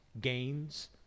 gains